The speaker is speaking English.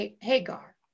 Hagar